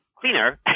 cleaner